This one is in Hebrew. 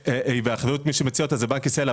כשמי שמציע אותה זה בנק ישראל.